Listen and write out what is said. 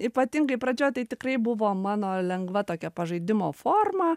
ypatingai pradžioj tai tikrai buvo mano lengva tokia pažaidimo forma